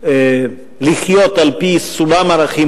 שאפשר לחיות על-פי סולם ערכים,